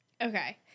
Okay